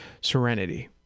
Serenity